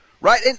Right